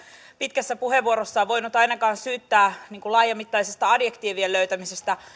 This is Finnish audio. pitkässä puheenvuorossaan voinut ainakaan syyttää laajamittaisesta adjektiivien löytämisestä